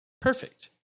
Perfect